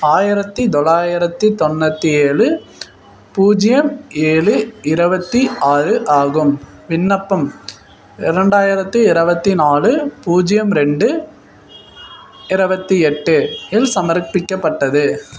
ஆயிரத்தி தொள்ளாயரத்தி தொண்ணூற்றி ஏழு பூஜ்ஜியம் ஏழு இரபத்தி ஆறு ஆகும் விண்ணப்பம் இரண்டாயிரத்தி இரபத்தி நாலு பூஜ்ஜியம் ரெண்டு இரபத்தி எட்டு இல் சமர்ப்பிக்கப்பட்டது